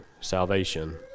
salvation